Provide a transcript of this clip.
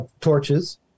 torches